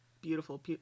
beautiful